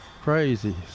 crazy